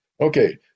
Okay